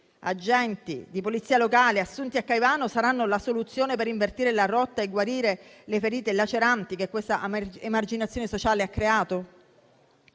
agenti di polizia locale assunti a Caivano saranno la soluzione per invertire la rotta e guarire le ferite laceranti che questa emarginazione sociale ha creato?